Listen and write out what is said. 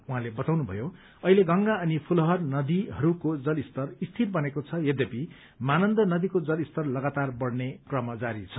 उहाँले बताउनु भयो अहिले गंगा अनि फूलोहार नदीहरूको जलस्तर स्थिर बनेको छ यद्यपि महानन्द नदीको जल स्तर लगातार बढ़ने क्रम जारी छ